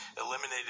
eliminated